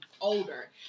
older